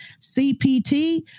CPT